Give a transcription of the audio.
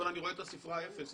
אבל אני רואה את הספרה אפס,